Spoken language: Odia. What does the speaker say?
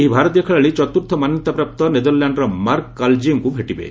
ଏହି ଭାରତୀୟ ଖେଳାଳି ଚତୁର୍ଥ ମାନ୍ୟତାପ୍ରାପ୍ତ ନେଦରଲାଣ୍ଡ୍ର ମାର୍କ କାଲଜେୟୁଙ୍କୁ ଭେଟିବେ